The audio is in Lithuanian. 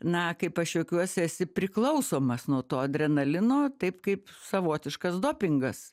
na kaip aš juokiuosi esi priklausomas nuo to adrenalino taip kaip savotiškas dopingas